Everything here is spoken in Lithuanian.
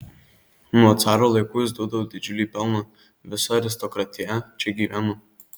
nuo caro laikų jis duodavo didžiulį pelną visa aristokratija čia gyveno